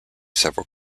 several